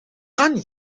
kan